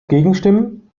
gegenstimmen